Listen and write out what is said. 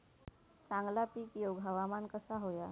चांगला पीक येऊक हवामान कसा होया?